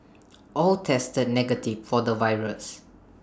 all tested negative for the virus